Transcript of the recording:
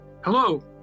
Hello